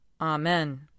Amen